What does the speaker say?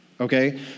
Okay